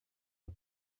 das